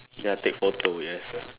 ya take photo yes